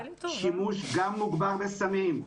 שימוש גם מוגבר בסמים,